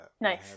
nice